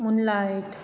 moon light